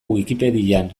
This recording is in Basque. wikipedian